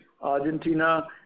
Argentina